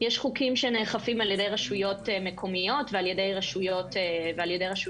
יש חוקים שנאכפים על ידי רשויות מקומיות ועל ידי רשויות אחרות.